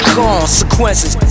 consequences